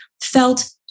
felt